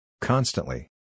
Constantly